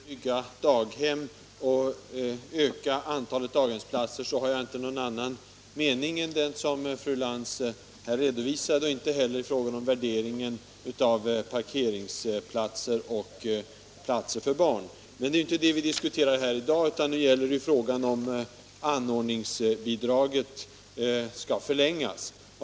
Herr talman! När det gäller angelägenheten av att bygga daghem och öka antalet daghemsplatser har jag inte någon annan mening än den som fru Lantz här redovisade. Inte heller i fråga om värderingen av parkeringsplatser och plats för barn. Men det är inte det vi diskuterar i dag, utan nu gäller det frågan om huruvida tiden för anordningsbidraget skall förlängas.